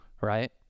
right